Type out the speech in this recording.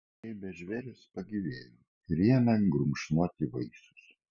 nugeibę žvėrys pagyvėjo ir ėmė grumšnoti vaisius